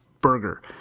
burger